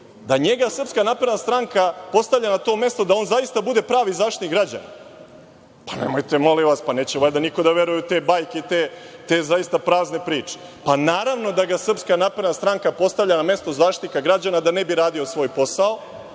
da njega Srpska napredna stranka postavlja na to mesto da on zaista bude pravi Zaštitnik građana? Nemojte molim vas, neće valjda niko da veruje u te bajke i te prazne priče. Naravno da ga Srpska napredna stranka postavlja na mesto Zaštitnika građana da ne bi radio svoj posao,